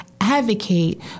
advocate